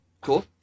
cool